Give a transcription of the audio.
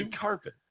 Carpet